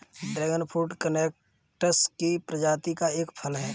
dragon fruit cactus की प्रजाति का एक फल है